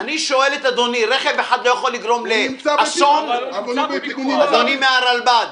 רכב אחד לא יכול לגרום לאסון, אדוני מהרלב"ד?